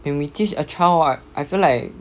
when we teach a child what I feel like